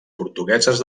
portugueses